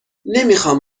نمیخوام